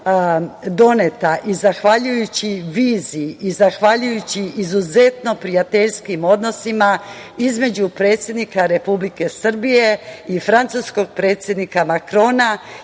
doneta i zahvaljujući viziji i zahvaljujući izuzetno prijateljskim odnosima između predsednika Republike Srbije i francuskog predsednika Makrona,